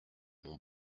mon